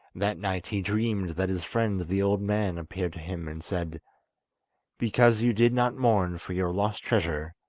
that night he dreamed that his friend the old man appeared to him and said because you did not mourn for your lost treasure,